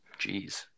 Jeez